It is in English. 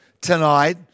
tonight